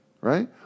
Right